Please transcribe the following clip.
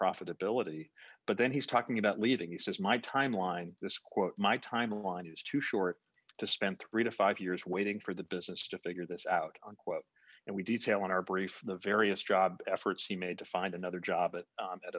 profitability but then he's talking about leaving he says my timeline this quote my timeline is too short to spend three to five years waiting for the business to figure this out unquote and we detail in our brief the various job efforts he made to find another job it